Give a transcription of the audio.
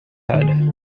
head